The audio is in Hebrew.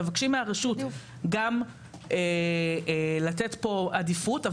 מבקשים מהרשות גם לתת פה עדיפות,